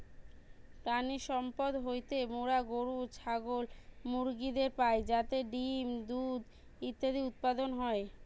প্রাণিসম্পদ হইতে মোরা গরু, ছাগল, মুরগিদের পাই যাতে ডিম্, দুধ ইত্যাদি উৎপাদন হয়